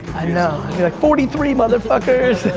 i know. and you're like forty three mother fuckers.